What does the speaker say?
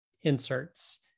inserts